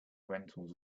rentals